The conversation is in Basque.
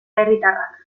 herritarrak